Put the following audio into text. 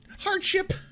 hardship